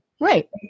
Right